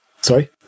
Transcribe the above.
sorry